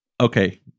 okay